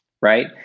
right